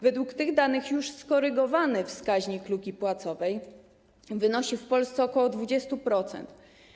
Według tych danych już skorygowany wskaźnik luki płacowej wynosi w Polsce ok. 20%.